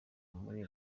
muri